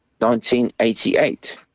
1988